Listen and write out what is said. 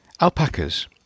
Alpacas